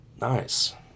Nice